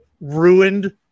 ruined